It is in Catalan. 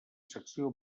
secció